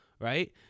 right